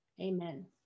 amen